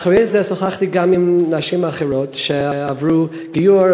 ואחרי זה שוחחתי גם עם נשים אחרות שעברו גיור,